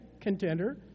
contender